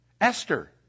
Esther